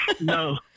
No